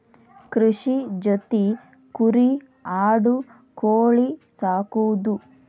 ಕೃಷಿ ಜೊತಿ ಕುರಿ ಆಡು ಕೋಳಿ ಸಾಕುದು